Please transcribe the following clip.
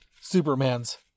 Superman's